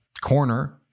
corner